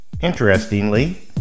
Interestingly